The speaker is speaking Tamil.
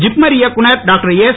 ஜிப்மர் இயக்குநர் டாக்டர் எஸ்